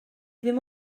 ddim